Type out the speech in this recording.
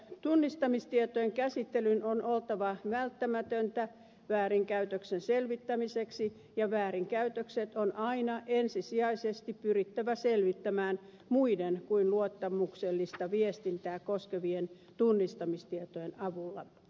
tunnistamistietojen käsittelyn on oltava välttämätöntä väärinkäytöksen selvittämiseksi ja väärinkäytökset on aina ensisijaisesti pyrittävä selvittämään muiden kuin luottamuksellista viestintää koskevien tunnistamistietojen avulla